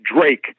Drake